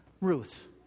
Ruth